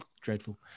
dreadful